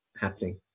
happening